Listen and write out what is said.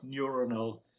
neuronal